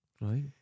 Right